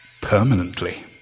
Permanently